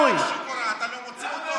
קראו לה שיכורה, אתה לא מוציא אותו?